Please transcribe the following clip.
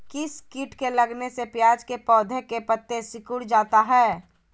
किस किट के लगने से प्याज के पौधे के पत्ते सिकुड़ जाता है?